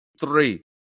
three